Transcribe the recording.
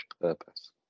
purpose